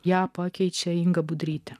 ją pakeičiau ingą budrytę